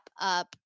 up